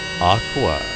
Aqua